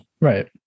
right